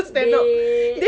dik